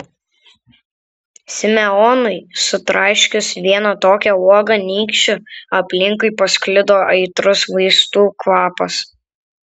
simeonui sutraiškius vieną tokią uogą nykščiu aplinkui pasklido aitrus vaistų kvapas